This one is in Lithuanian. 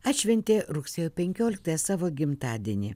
atšventė rugsėjo penkioliktąją savo gimtadienį